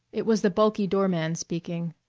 it was the bulky doorman speaking.